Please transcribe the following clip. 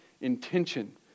intention